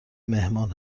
مهمان